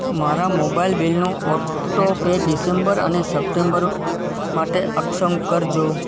મારા મોબાઈલ બીલનું auto pay December અને સપ્ટૅમ્બર માટે અક્ષમ કરજો